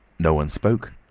no one spoke,